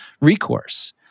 recourse